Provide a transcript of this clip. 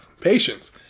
patience